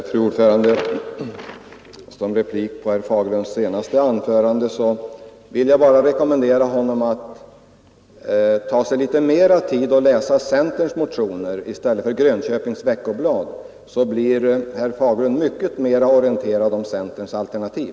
Fru talman! Som replik på herr Fagerlunds senaste anförande vill jag bara rekommendera honom att ta sig litet mer tid att läsa centerns motioner i stället för Grönköpings Veckoblad. Då blir herr Fagerlund mycket mera orienterad om centerns alternativ.